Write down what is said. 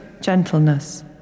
gentleness